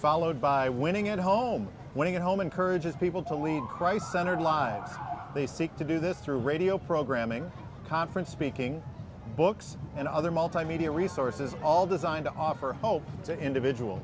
followed by winning at home winning at home encourages people to lead christ centered lives they seek to do this through radio programming conference speaking books and other multimedia resources all designed to offer hope to individual